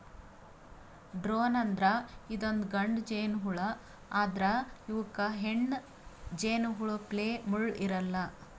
drone ಅಂದ್ರ ಇದೊಂದ್ ಗಂಡ ಜೇನಹುಳಾ ಆದ್ರ್ ಇವಕ್ಕ್ ಹೆಣ್ಣ್ ಜೇನಹುಳಪ್ಲೆ ಮುಳ್ಳ್ ಇರಲ್ಲಾ